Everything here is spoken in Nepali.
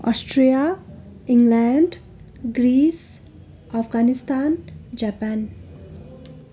Austria England Greece Afghanistan Japan